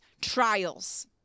trials